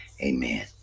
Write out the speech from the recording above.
Amen